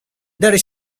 their